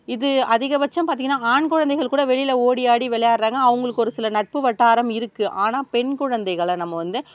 இது அதிகபட்சம் பார்த்திங்கனா ஆண் குழந்தைங்கள் கூட வெளியில் ஓடி ஆடி விளையாட்றாங்க அவங்களுக்கு ஒரு சில நட்பு வட்டாரம் இருக்குது ஆனால் பெண் குழந்தைகள நம்ம வந்து